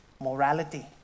morality